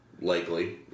likely